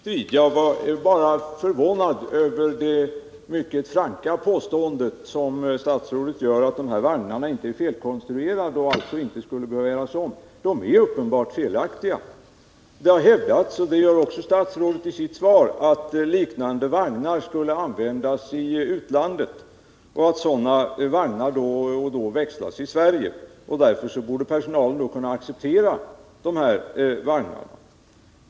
Herr talman! Jag söker inte strid. Jag är bara förvånad över det mycket franka påstående som statsrådet gjorde, nämligen att de här vagnarna inte är felkonstruerade och alltså inte behöver göras om. De är uppenbarligen felaktiga. Det har hävdats, och det gör också statsrådet i sitt svar, att liknande vagnar skulle användas i utlandet och att sådana vagnar då och då växlas i Sverige och att personalen därför borde kunna acceptera dessa vagnar.